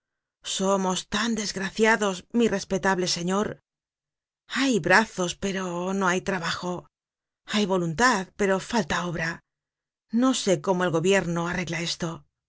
somos tan desgraciados mi respetable señor hay brazos pero no trabajo hay voluntad pero falta obra no sé cómo el gobierno arregla esto